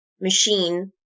machine